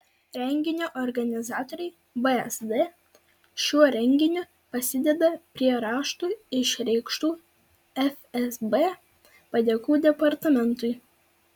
renginio organizatoriai vsd šiuo renginiu prisideda prie raštu išreikštų fsb padėkų departamentui